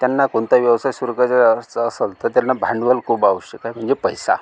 त्यांना कोणता व्यवसाय सुरू करायचा असेल तर त्यांना भांडवल खूप आवश्यक आहे म्हणजे पैसा